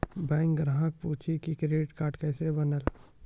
Bank ग्राहक पुछी की क्रेडिट कार्ड केसे बनेल?